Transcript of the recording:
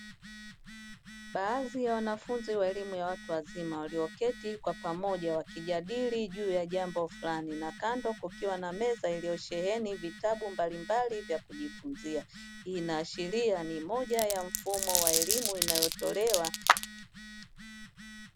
Baadhi ya wanafunzi wa elimu ya watu wazima walioketi kwa pamoja wakijadili juu ya jambo fulani na kando kukiwa na meza iliyosheheni vitabu mbalimbali vya kujifunzia. Hii inaashiria ni moja ya mfumo wa elimu inayotolewa..